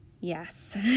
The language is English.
yes